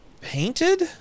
painted